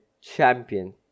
champion